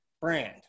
brand